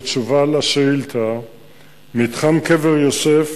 בתשובה על השאילתא, מתחם קבר יוסף